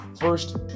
First